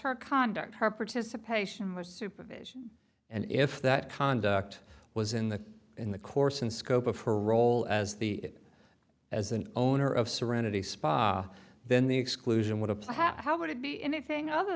her conduct her participation was supervision and if that conduct was in the in the course and scope of her role as the as an owner of serenity spa then the exclusion would apply how would it be anything other